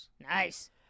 Nice